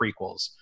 prequels